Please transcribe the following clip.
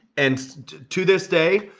and to this day,